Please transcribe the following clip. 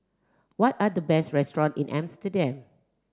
what are the best restaurant in Amsterdam